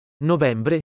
novembre